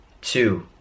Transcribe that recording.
two